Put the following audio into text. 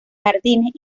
jardines